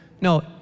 No